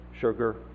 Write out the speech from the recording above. sugar